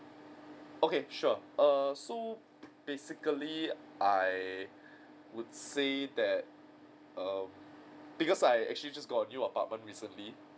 okay sure err so basically I would say that um because I actually just got a new apartment recently